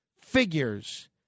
figures